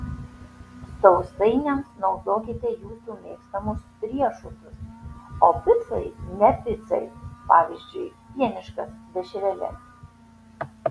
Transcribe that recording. sausainiams naudokite jūsų mėgstamus riešutus o picai ne picai pavyzdžiui pieniškas dešreles